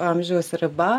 amžiaus riba